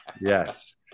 yes